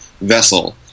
vessel